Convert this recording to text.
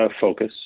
focus